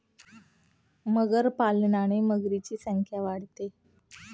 मगरी पालनाने मगरींची संख्या वाढते